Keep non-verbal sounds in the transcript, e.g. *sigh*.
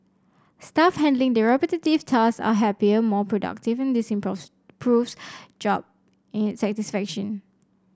staff handling the repetitive tasks are happier more productive and this imports proves job in *unintelligible* satisfaction